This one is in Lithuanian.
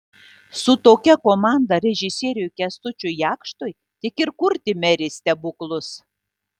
su tokia komanda režisieriui kęstučiui jakštui tik ir kurti merės stebuklus